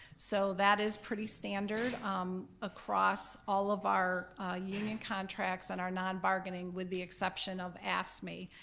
so that is pretty standard across all of our union contracts and our non-bargaining with the exception of afscme.